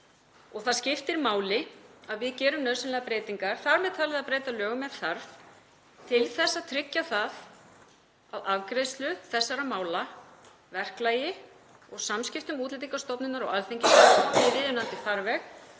og það skiptir máli að við gerum nauðsynlegar breytingar, þar með talið að breyta lögum ef þarf, til þess að tryggja að afgreiðslu þessara mála, verklagi og samskiptum Útlendingastofnunar og Alþingis, sé komið í viðunandi farveg,